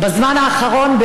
בזמן האחרון